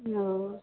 ओ